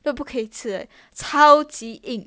都不可以吃的超级硬